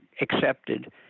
accepted